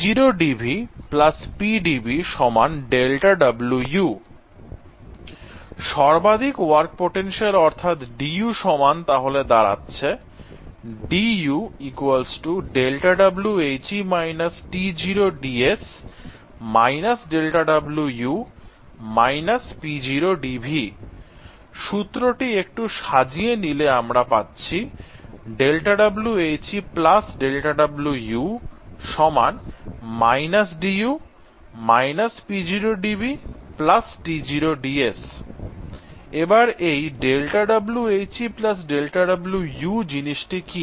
δWu PdV - P0dV সর্বাধিক work potential অর্থাৎ dU সমান তাহলে দাঁড়াচ্ছে dU δWHE - T0 dS - δWu - P0dV সূত্রটি একটু সাজিয়ে নিলে আমরা পাচ্ছি δWHE δWu - dU - P0dV T0 dS এবার এই 'δWHE δWu' জিনিসটি কি